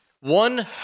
One